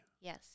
Yes